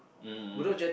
um um